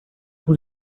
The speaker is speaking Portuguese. por